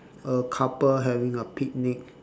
a couple having a picnic